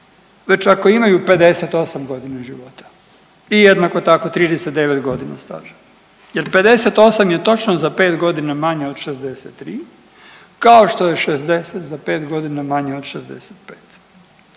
već ako imaju 58.g. života i jednako tako 39.g. staža jer 58 je točno za 5.g. manje od 63, kao što je 60 za 5.g. manje od 65.